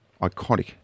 Iconic